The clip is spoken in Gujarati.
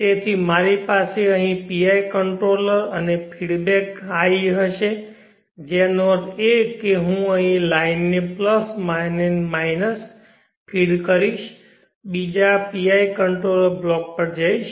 તેથી મારી પાસે અહીં PI કંટ્રોલર અને ફીડબેક i હશે જેનો અર્થ છે કે હું અહીં આ લાઇનને પ્લસ અને માઇનસ ફીડ કરીશ અને બીજા PI કંટ્રોલર બ્લોક પર જઈશ